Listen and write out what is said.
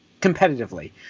competitively